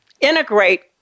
integrate